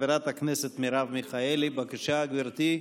חברת הכנסת מרב מיכאלי, בבקשה, גברתי.